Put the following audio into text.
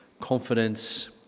confidence